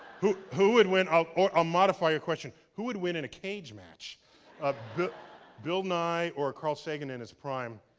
who who would win i'll ah modify your question who would win in a cage match of bill nye or carl sagan in his prime?